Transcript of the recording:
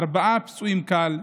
ארבעה פצועים קל,